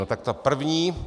Tak ta první.